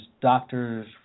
doctors